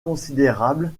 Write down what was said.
considérable